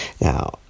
Now